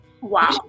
Wow